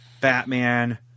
Batman